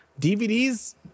DVDs